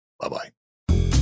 Bye-bye